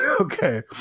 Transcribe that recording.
Okay